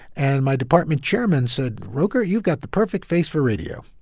and my department chairman said, roker, you've got the perfect face for radio